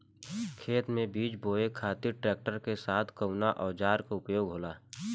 खेत में बीज बोए खातिर ट्रैक्टर के साथ कउना औजार क उपयोग होला?